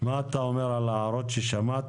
מה אתה אומר על ההערות ששמעת,